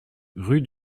rue